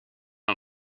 een